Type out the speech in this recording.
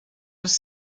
was